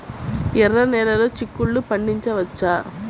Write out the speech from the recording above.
ఎర్ర నెలలో చిక్కుల్లో పండించవచ్చా?